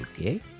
Okay